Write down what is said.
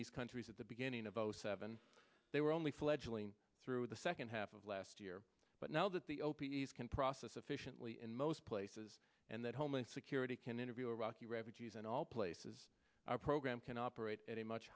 these countries at the beginning of zero seven they were only fledgling through the second half of last year but now that the o p s can process efficiently in most places and that homeland security can interview iraqi refugees and all places our program can operate at a much